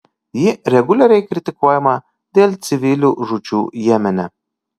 ji reguliariai kritikuojama dėl civilių žūčių jemene